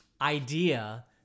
idea